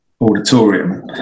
auditorium